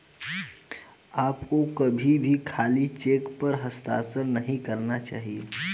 आपको कभी भी खाली चेक पर हस्ताक्षर नहीं करना चाहिए